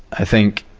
i think,